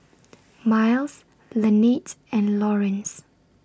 Myles Lanette's and Lawrence